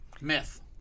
Myth